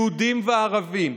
יהודים וערבים,